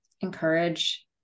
encourage